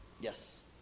Yes